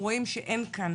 אנחנו רואים שאין כאן,